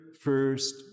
first